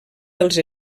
dels